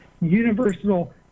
universal